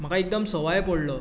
म्हाका एकदम सवाय पडलो